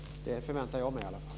Det förväntar jag mig i alla fall.